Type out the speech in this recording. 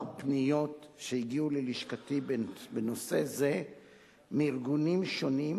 פניות שהגיעו ללשכתי בנושא זה מארגונים שונים,